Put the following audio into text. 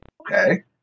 Okay